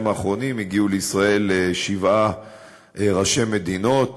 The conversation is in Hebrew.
האחרונים הגיעו לישראל שבעה ראשי מדינות,